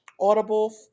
audible